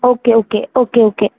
okay okay okay okay